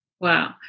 Wow